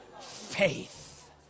faith